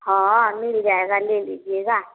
हाँ मिल जाएगा ले लीजिएगा